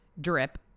drip